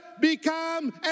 become